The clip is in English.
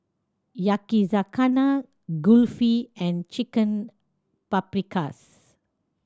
Yakizakana Kulfi and Chicken Paprikas